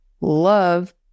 love